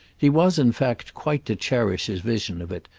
he was in fact quite to cherish his vision of it,